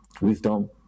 wisdom